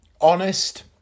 honest